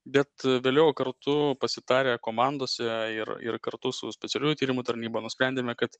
bet vėliau kartu pasitarę komandose ir ir kartu su specialiųjų tyrimų tarnyba nusprendėme kad